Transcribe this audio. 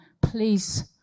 Please